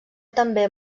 també